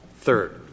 Third